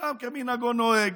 עולם כמנהגו נוהג,